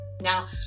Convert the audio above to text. Now